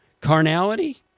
carnality